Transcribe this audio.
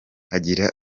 agira